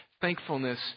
thankfulness